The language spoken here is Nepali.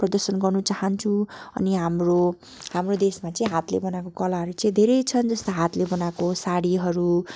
प्रदर्शन गर्न चाहन्छु अनि हाम्रो हाम्रो देशमा चाहिँ हातले बनाएको कलाहरू चै धेरै छन् जस्तो हातले बनाएको सारीहरू